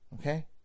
Okay